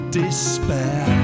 despair